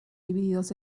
divididos